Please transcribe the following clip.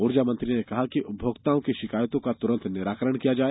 ऊर्जा मंत्री ने कहा है कि उपभोक्ताओं की शिकायतों का तुरंत निराकरण किया जाए